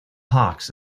hawks